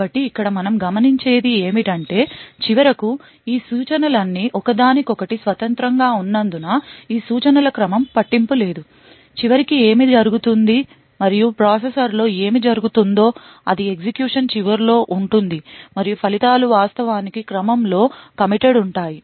కాబట్టి ఇక్కడ మనం గమనించేది ఏమిటంటే చివరికి ఈ సూచనలన్నీ ఒకదానికొకటి స్వతంత్రంగా ఉన్నందున ఈ సూచనల క్రమం పట్టింపు లేదు చివరికి ఏమి జరుగుతుంది మరియు ప్రాసెసర్లో ఏమి జరుగుతుందో అది ఎగ్జిక్యూషన్ చివరిలో ఉంటుంది మరియు ఫలితాలు వాస్తవానికి క్రమంలోcommitted ఉంటాయి